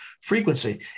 frequency